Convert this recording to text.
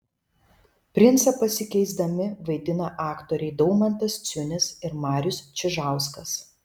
princą pasikeisdami vaidina aktoriai daumantas ciunis ir marius čižauskas